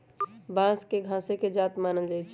बांस के घासे के जात मानल जाइ छइ